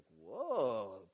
whoa